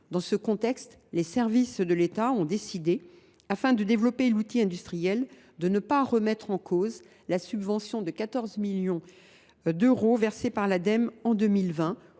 Dans ce contexte, les services de l’État ont décidé, afin de développer l’outil industriel, de ne pas remettre en cause la subvention de 14 millions d’euros versée par l’Ademe en 2020